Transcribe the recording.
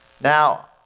Now